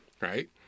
Right